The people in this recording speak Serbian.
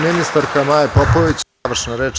Ministarka Maja Popović, završna reč.